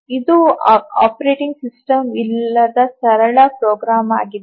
ಇದು operating system ಇಲ್ಲದ ಸರಳ ಪ್ರೋಗ್ರಾಂ ಆಗಿದೆ